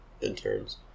interns